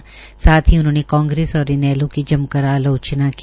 इसके साथ ही उन्होंनें कांग्रेस और इनेलो की जमकर आलोचना की